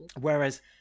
whereas